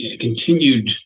continued